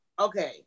okay